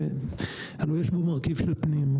הלוא יש פה מרכיב של פנים,